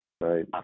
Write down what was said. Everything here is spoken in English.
Right